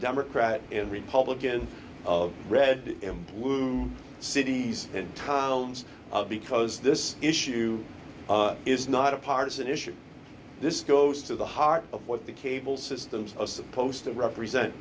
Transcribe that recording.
democrat and republican of red and blue cities and towns of because this issue is not a partisan issue this goes to the heart of what the cable systems are supposed to represent